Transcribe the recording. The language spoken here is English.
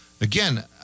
Again